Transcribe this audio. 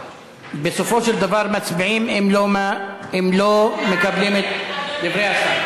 בסופו של דבר, מצביעים אם לא מקבלים את דברי השר.